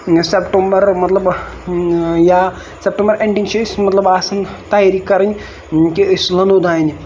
September مطلب یا September ending چھِ أسۍ مطلب آسن تَیٲر کَرٕنۍ کہِ أسۍ لونَو دانہِ